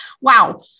wow